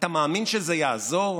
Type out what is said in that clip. אתה מאמין שזה יעזור?